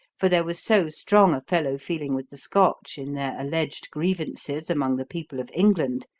for there was so strong a fellow-feeling with the scotch in their alleged grievances among the people of england,